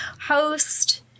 host